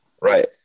Right